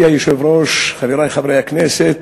מכובדי היושב-ראש, חברי חברי הכנסת,